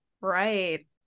Right